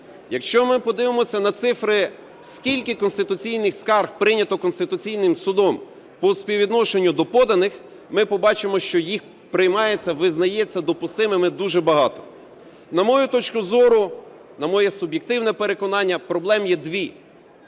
Якщо ми подивимося на цифри, скільки конституційних скарг прийнято Конституційним Судом по співвідношенню до поданих, ми побачимо, що їх приймається, визнається допустимими дуже багато. На мою точку зору, на моє суб'єктивне переконання, проблем є дві.